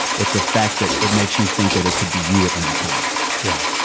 it's the fact that it makes you think that it could be you at any time yeah.